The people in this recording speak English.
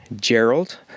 Gerald